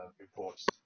reports